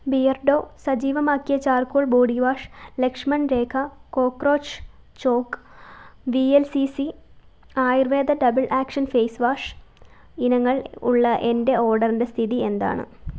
Beardo സജീവമാക്കിയ charcoal body wash Lakshman Rekha cockroach chalk V L C C Ayurveda double action face wash ഇനങ്ങൾ ഉള്ള എന്റെ ഓർഡറിന്റെ സ്ഥിതി എന്താണ്